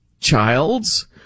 childs